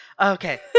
Okay